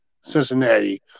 Cincinnati